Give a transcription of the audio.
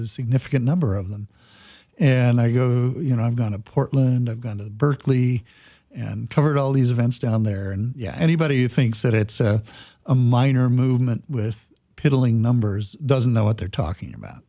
a significant number of them and i go you know i'm going to portland of going to berkeley and covered all these events down there and yeah anybody who thinks that it's a minor movement with piddling numbers doesn't know what they're talking about